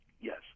Yes